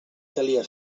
calia